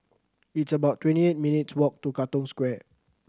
it's about twenty eight minutes' walk to Katong Square